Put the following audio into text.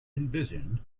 envisioned